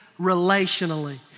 relationally